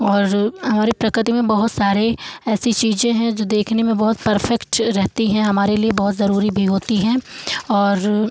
और हमारी प्रकृति में सारे ऐसी चीज़ें हैं जो देखने में बहुत परफ़ेक्ट रहती हैं हमारे लिए बहुत ज़रूरी भी होती हैं और